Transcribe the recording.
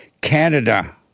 Canada